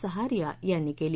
सहारिया यांनी आज केली